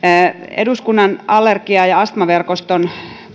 eduskunnan allergia ja ja astmaverkoston